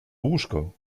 łóżko